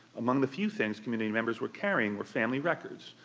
among the few things community members were carrying were family records,